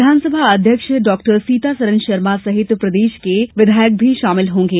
विधानसभा अध्यक्ष सीतासरन शर्मा सहित प्रदेश के विधायक भी शामिल होंगे